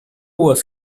was